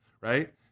right